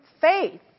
Faith